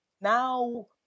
now